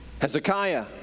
Hezekiah